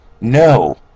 No